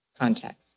context